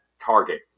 target